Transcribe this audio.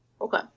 Okay